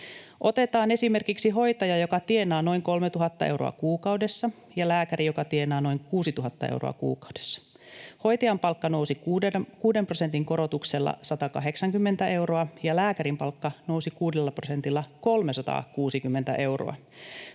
Otetaan esimerkiksi hoitaja, joka tienaa noin 3 000 euroa kuukaudessa, ja lääkäri, joka tienaa noin 6 000 euroa kuukaudessa. Hoitajan palkka nousi kuuden prosentin korotuksella 180 euroa, ja lääkärin palkka nousi kuudella prosentilla 360 euroa.